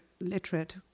literate